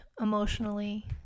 emotionally